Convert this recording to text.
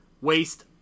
Waste